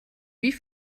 wie